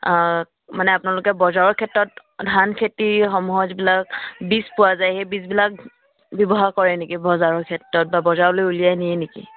মানে আপোনালোকে বজাৰৰ ক্ষেত্ৰত ধান খেতিসমূহৰ যিবিলাক বীজ পোৱা যায় সেই বীজবিলাক ব্যৱহাৰ কৰে নেকি বজাৰৰ ক্ষেত্ৰত বা বজাৰলৈ উলিয়াই নিয়ে নেকি